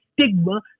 stigma